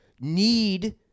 need